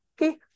Okay